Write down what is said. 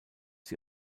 sie